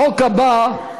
החוק הבא,